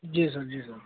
जी sir जी sir